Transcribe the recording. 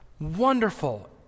wonderful